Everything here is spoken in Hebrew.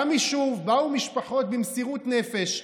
קם יישוב, באו משפחות, במסירות נפש,